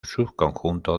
subconjunto